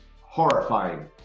horrifying